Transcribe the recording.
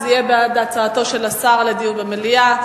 זה יהיה בעד הצעתו של השר לדיון במליאה,